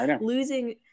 losing